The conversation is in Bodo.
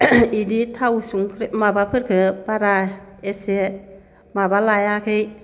इदि थाव संख्रै माबाफोरखो बारा एसे माबा लायाखै